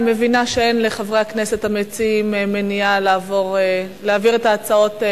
אני מבינה שאין לחברי הכנסת המציעים מניעה להעביר את ההצעות.